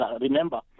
remember